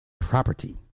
Property